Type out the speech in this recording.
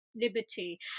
liberty